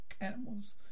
animals